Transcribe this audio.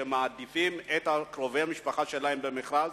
שמעדיפים את קרובי המשפחה שלהם במכרז.